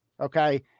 Okay